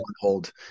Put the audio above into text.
hold